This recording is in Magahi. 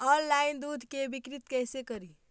ऑनलाइन दुध के बिक्री कैसे करि?